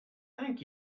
thank